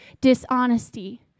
dishonesty